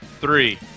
Three